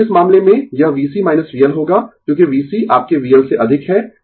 तो इस मामले में यह VC VL होगा क्योंकि VC आपके VL से अधिक है